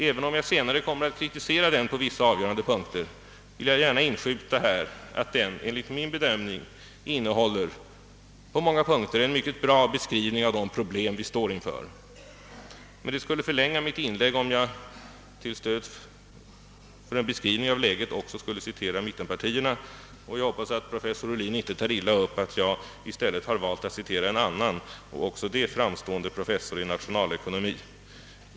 Även om jag senare kom mer att kritisera den motionen på vissa avgörande punkter vill jag gärna här inskjuta, att den enligt min bedömning innehåller en mycket bra beskrivning av de problem vi står inför. Men det skulle förlänga mitt inlägg om jag för en beskrivning av läget också skulle citera mittenpartierna, och jag hoppas att professor Ohlin inte tar illa upp att jag i stället har valt att citera en annan, även han mycket framstående professor i nationalekonomi.